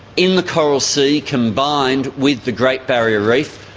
in the coral sea, combined with the great barrier reef,